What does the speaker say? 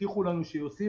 הבטיחה לנו להוסיף: